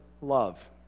love